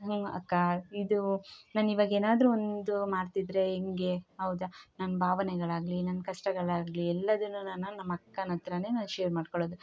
ಹ್ಞೂ ಅಕ್ಕ ಇದು ನಾನೀವಾಗ ಏನಾದರು ಒಂದು ಮಾಡ್ತಿದ್ರೆ ಹೆಂಗೆ ಹೌದ ನನ್ನ ಭಾವನೆಗಳಾಗ್ಲಿ ನನ್ನ ಕಷ್ಟಗಳಾಗಲಿ ಎಲ್ಲದನ್ನ ನಾನು ನಮ್ಮ ಅಕ್ಕನಹತ್ರ ನಾನು ಶೇರ್ ಮಾಡಿಕೊಳೋದು